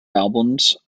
albums